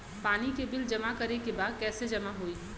पानी के बिल जमा करे के बा कैसे जमा होई?